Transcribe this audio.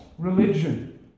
Religion